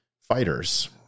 fighters